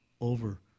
over